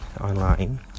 online